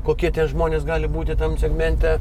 kokie tie žmonės gali būti tam segmente